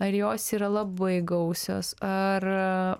ar jos yra labai gausios ar